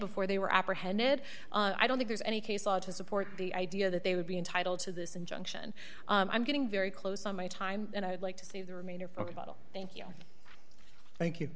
before they were apprehended i don't think there's any case law to support the idea that they would be entitled to this injunction and i'm getting very close on my time and i would like to see the remainder for vital thank you thank you